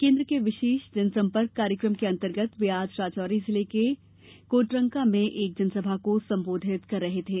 केंद्र के विशेष जनसंपर्क कार्यक्रम के अंतर्गत वे आज राजौरी जिले के कोटरंका में एक जनसभा को संबोधित कर रहे थे